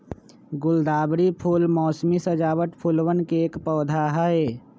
गुलदावरी फूल मोसमी सजावट फूलवन के एक पौधा हई